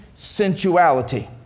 sensuality